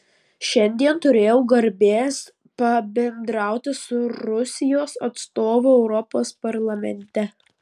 šiandien turėjau garbės pabendrauti su rusijos atstovu europos parlamente